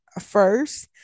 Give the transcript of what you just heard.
first